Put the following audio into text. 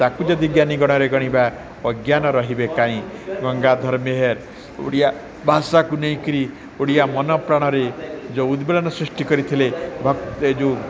ତାକୁ ଯଦି ଜ୍ଞାନୀଗଣରେ ଗଣିବା ଅଜ୍ଞାନ ରହିବେ କାଇଁ ଗଙ୍ଗାଧର ମେହେର ଓଡ଼ିଆ ଭାଷାକୁ ନେଇକିରି ଓଡ଼ିଆ ମନ ପ୍ରାଣରେ ଯେଉଁ ଉଦ୍ବେଳନ ସୃଷ୍ଟି କରିଥିଲେ ବା ଏ ଯେଉଁ